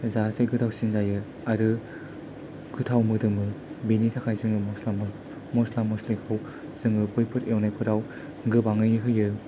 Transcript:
जाहाथे गोथावसिन जायो आरो गोथाव मोदोमो बिनि थाखाय जोङो मस्ला मस्लिखौ जोङो बैफोर एवनायफ्राव गोबाङै होयो